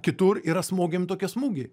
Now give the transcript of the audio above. kitur yra smogiami tokie smūgiai